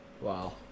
Wow